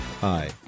Hi